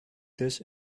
this